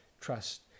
trust